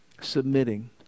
submitting